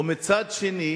ומצד שני